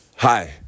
Hi